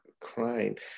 crying